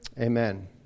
amen